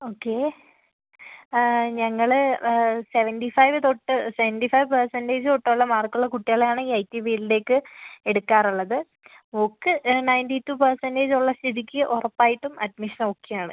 okay ഞങ്ങള് seventy five തൊട്ട് seventy five percentage തൊട്ടുള്ള മാർക്കുള്ള കുട്ടികളെ ആണ് ഐ ടി ഫീൽഡിലേക്ക് എടുക്കാറുള്ളത് മോൾക്ക് നയൻറ്റി ടു പെർസെൻറ്റെജുള്ള സ്ഥിതിക്ക് ഉറപ്പായിട്ടും അഡ്മിഷൻ ഓക്കെ ആണ്